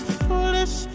foolish